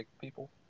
people